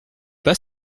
pas